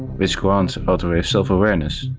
which grants autoreivs self-awareness,